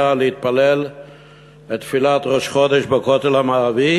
להתפלל את תפילת ראש חודש בכותל המערבי,